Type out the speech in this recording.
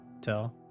tell